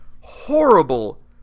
horrible